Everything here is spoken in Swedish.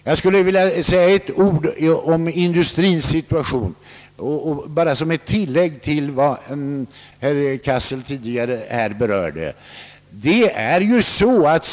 Jag skulle också som ett tillägg till vad herr Cassel anförde vilja säga några ord om industrins situation.